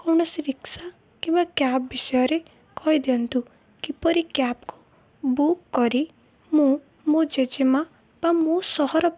କୌଣସି ରିକ୍ସା କିମ୍ବା କ୍ୟାବ୍ ବିଷୟରେ କହିଦିଅନ୍ତୁ କିପରି କ୍ୟାବ୍କୁ ବୁକ୍ କରି ମୁଁ ମୋ ଜେଜେମାଆ ବା ମୋ ସହର